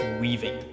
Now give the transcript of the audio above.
weaving